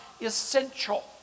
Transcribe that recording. essential